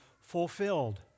fulfilled